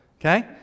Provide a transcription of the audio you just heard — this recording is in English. okay